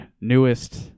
newest